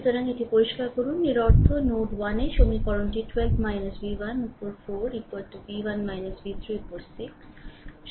সুতরাং এটি পরিষ্কার করুন এর অর্থ নোড 1 এ সমীকরণটি 12 v 1 উপর 4 v 1 v 3 উপর 6